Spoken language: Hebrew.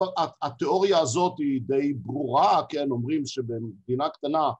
‫התיאוריה הזאת היא די ברורה, ‫כן, אומרים שבמדינה קטנה...